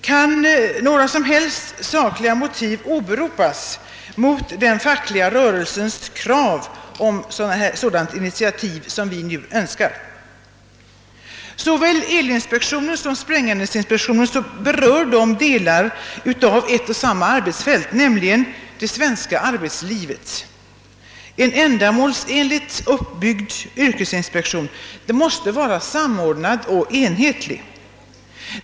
Kan några som helst sakliga motiv åberopas mot den fackliga rörelsens krav på en sådan åtgärd som vi nu önskar? Såväl elinspektionen som sprängämnesinspektionen berör delar av ett och samma arbetsfält, nämligen det svenska arbetslivet. En ändamålsenligt uppbyggd yrkesinspektion måste vara samordnad och enhetlig.